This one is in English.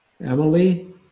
Emily